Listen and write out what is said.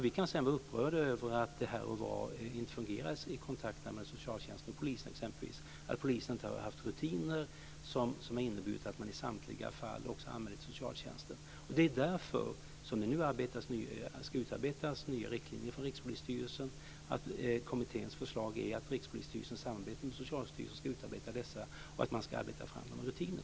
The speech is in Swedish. Vi kan sedan vara upprörda över att det här och var och inte fungerar i kontakterna mellan t.ex. socialtjänsten och polisen, att polisen inte har haft rutiner som har inneburit att man i samtliga fall också gör en anmälan till socialtjänsten. Det är därför som det nu ska utarbetas nya riktlinjer för Rikspolisstyrelsen, att kommitténs förslag är att Rikspolisstyrelsen i samarbete med Socialstyrelsen ska utarbeta dessa och att man ska arbeta fram dessa rutiner.